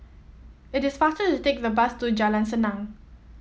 it is faster to take the bus to Jalan Senang